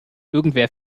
irgendwer